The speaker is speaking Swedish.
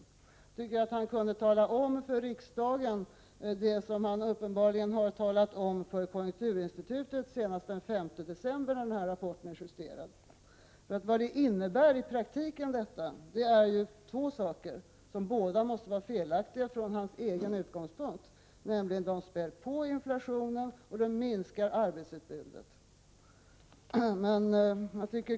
Jag tycker att han kunde tala om för riksdagen vad han uppenbarligen har talat om för konjunkturinstitutet senast den 5 december, då den här rapporten justerades. I praktiken innebär det här två saker, som båda måste vara felaktiga från hans egen utgångspunkt. Man späder nämligen på inflationen och minskar arbetsutbudet.